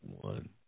one